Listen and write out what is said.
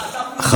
לא לא לא.